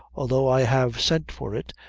altho' i have sent for it,